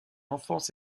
enfance